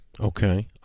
Okay